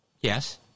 yes